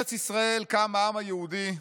"בארץ ישראל קם העם היהודי.